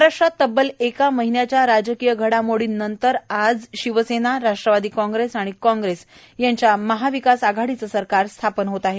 महाराष्ट्रात तब्बल एका महिन्याच्या राजकीय घडामोडीनंतर आज शिवसेना राष्ट्रवादी कांग्रेस आणि कांग्रेस यांच्या महाविकास आघाडीचं सरकार स्थापन होत आहे